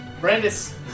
Brandis